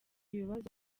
ibibazo